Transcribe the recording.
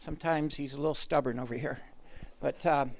sometimes he's a little stubborn over here but